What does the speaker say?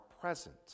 present